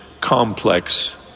complex